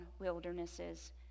wildernesses